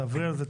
תעברי על זה,